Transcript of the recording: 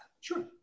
Sure